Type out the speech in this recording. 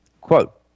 Quote